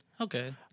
Okay